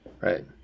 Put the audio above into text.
Right